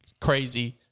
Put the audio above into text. Crazy